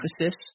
emphasis